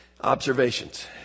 Observations